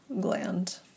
gland